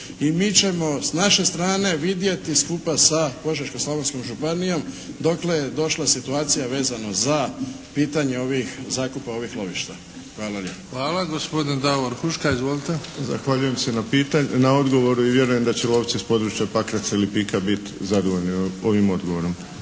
I mi ćemo s naše strane vidjeti skupa sa Požeško-slavonskom županijom dokle je došla situacija vezano za pitanje ovih zakupa ovih lovišta. Hvala lijepo. **Bebić, Luka (HDZ)** Hvala. Gospodin Davor Huška. Izvolite. **Huška, Davor (HDZ)** Zahvaljujem se na odgovoru, i vjerujem da će lovci sa područja Pakraca i Lipika biti zadovoljni ovim odgovorom.